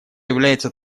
является